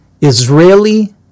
Israeli